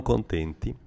contenti